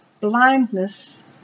blindness